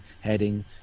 heading